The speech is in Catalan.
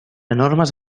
enormes